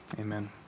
Amen